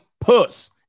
puss